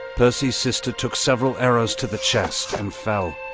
percy's sister took several arrows to the chest and fell.